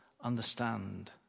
understand